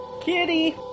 Kitty